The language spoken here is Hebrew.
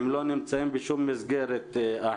לא נמצאים בשום מסגרת.